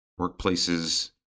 workplaces